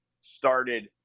started